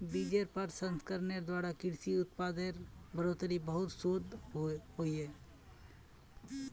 बिजेर प्रसंस्करनेर द्वारा कृषि उत्पादेर बढ़ोतरीत बहुत शोध होइए